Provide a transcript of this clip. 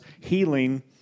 healing